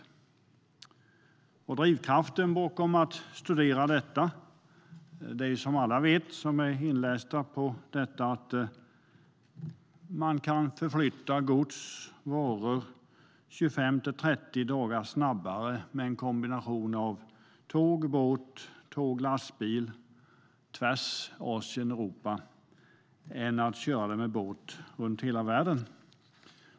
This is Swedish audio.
Drivkraften bakom att studera detta är, som alla vet som är inlästa på detta, att man kan förflytta gods 25-30 dagar snabbare med en kombination av tåg och båt och tåg och lastbil mellan Asien och Europa än att köra det med båt runt hela världen.